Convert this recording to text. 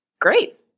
Great